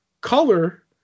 color